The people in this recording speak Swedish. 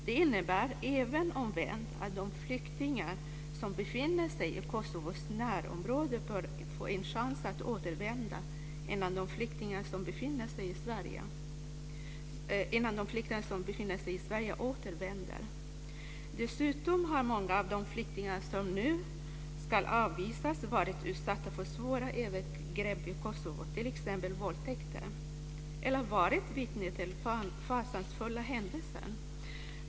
Det innebär även omvänt, att de flyktingar som befinner sig i Kosovos närområde bör få en chans att återvända innan de flyktingar som befinner sig i Sverige återvänder. Dessutom har många av de flyktingar som nu ska avvisas varit utsatta för svåra övergrepp i Kosovo, t.ex. våldtäkter, eller varit vittnen till fasansfulla händelser.